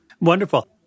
Wonderful